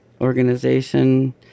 organization